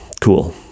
cool